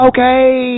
Okay